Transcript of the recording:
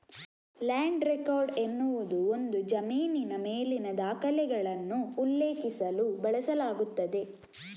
land record ಎನ್ನುವುದು ಒಂದು ಜಮೀನಿನ ಮೇಲಿನ ದಾಖಲೆಗಳನ್ನು ಉಲ್ಲೇಖಿಸಲು ಬಳಸಲಾಗುತ್ತದೆ